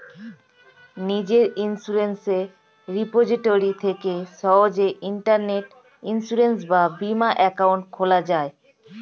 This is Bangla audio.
নিজের ইন্সুরেন্স রিপোজিটরি থেকে সহজেই ইন্টারনেটে ইন্সুরেন্স বা বীমা অ্যাকাউন্ট খোলা যায়